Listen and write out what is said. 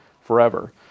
forever